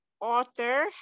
author